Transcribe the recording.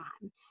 time